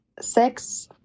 Six